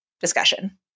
discussion